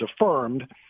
affirmed